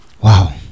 wow